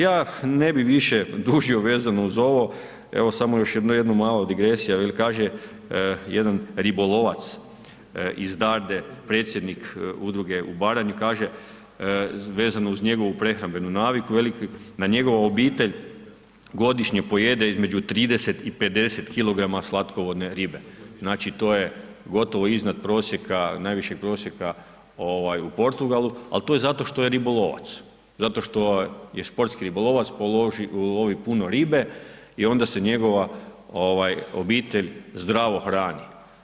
Ja ne bi više dužio vezano uz ovo, evo samo još jedna mala digresija, veli kaže jedan ribolovac iz Darde, predsjednik udruge u Baranji kaže vezano uz njegovu prehrambenu naviku, veli da njegova obitelj godišnje pojede između 30 i 50 kg slatkovodne ribe, znači to je gotovo iznad prosjeka, najvišeg prosjeka u Portugalu ali to je zato što je ribolovac, zato što je sportski ribolovac, ulovi puno ribe i onda se njegova obitelj zdravo hrani.